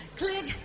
click